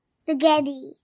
Spaghetti